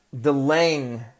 delaying